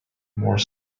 more